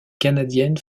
canadienne